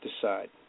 decide